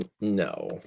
no